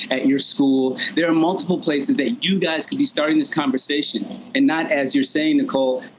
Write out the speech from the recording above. at your school? there are multiple places that you guys could be starting this conversation. and not as you're saying, nicole,